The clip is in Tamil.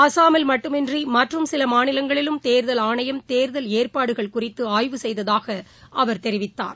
அஸ்ஸாமில் மட்டுமன்றிமற்றும் சிவமாநிலங்களிலும் தேர்தல் ஆணையம் தேர்தல் ஏற்பாடுகள் குறித்துஆய்வு செய்ததாகஅவர் தெரிவித்தார்